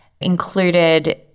included